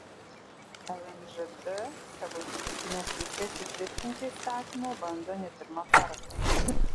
lmžd savo išskirtines teises įtvirtinti įstatymu bando ne pirmą kartą